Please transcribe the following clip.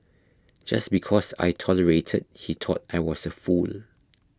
just because I tolerated he thought I was a fool